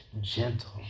gentle